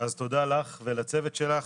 אז תודה לך ולצוות שלך.